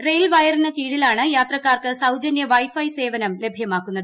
rail വയറിന് കീഴിലാണ് യാത്രക്കാർക്ക് സൌജന്യ വൈഫൈ സേവനം ലഭ്യമാക്കുന്നത്